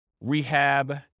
rehab